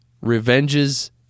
revenges